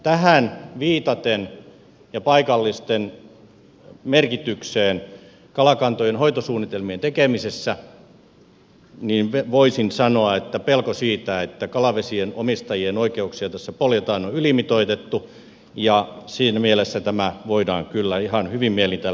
tähän ja paikallisten merkitykseen kalakantojen hoitosuunnitelmien tekemisessä viitaten voisin sanoa että pelko siitä että kalavesien omistajien oikeuksia tässä poljetaan on ylimitoitettu ja siinä mielessä tämä voidaan kyllä ihan hyvin mielin täällä hyväksyä